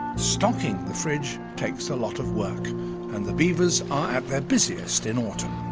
stocking the fridge takes a lot of work and the beavers are at their busiest in autumn.